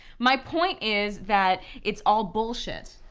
my point is that it's all bullshit.